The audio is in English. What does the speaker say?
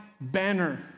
banner